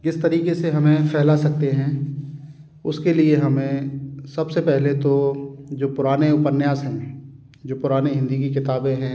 किस तरीक़े से हम यह फैला सकते हैं उसके लिए हमें सब से पहले तो जो पुराने उपन्यास हैं जो पुरानी हिन्दी की किताबें हैं